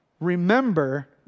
remember